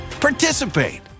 participate